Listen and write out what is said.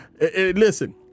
Listen